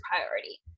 priority